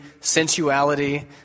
sensuality